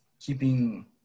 keeping